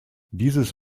dieses